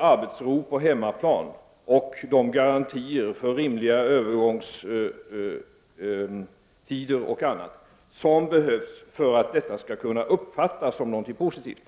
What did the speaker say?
arbetsro på hemmaplan och de garantier för rimliga övergångstider och annat som är nödvändiga för att detta skall kunna uppfattas som någonting positivt.